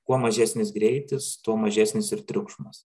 kuo mažesnis greitis tuo mažesnis ir triukšmas